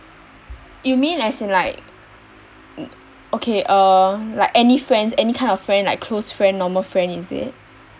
you mean as in like okay uh like any friends any kind of friend like close friend normal friend is it